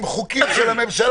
התכנסו באיזושהי